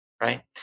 right